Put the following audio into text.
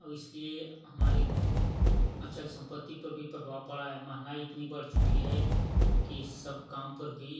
और इसलिए हमारे अचल संपत्ति पर भी प्रभाव पड़ा है महँगाई इतनी बढ़ चुकी है कि सब काम पर भी